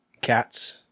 cats